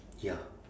ya